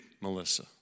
Melissa